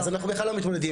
אז אנחנו בכלל לא מתמודדים,